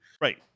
Right